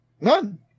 None